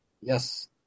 Yes